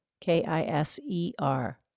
K-I-S-E-R